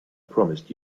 promised